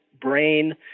brain